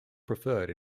preferred